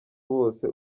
bose